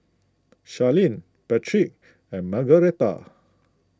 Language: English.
Sharlene Patric and Margueritta